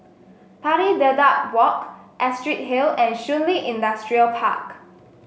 Pari Dedap Walk Astrid Hill and Shun Li Industrial Park